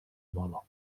molo